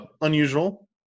unusual